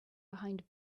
behind